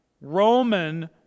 Roman